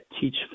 teach